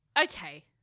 Okay